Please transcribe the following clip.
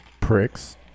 pricks